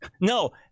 No